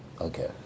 Okay